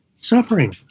suffering